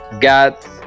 got